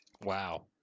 wow